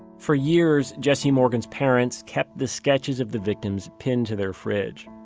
for years, jesse morgan's parents kept the sketches of the victims pinned to their fridge.